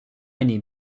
need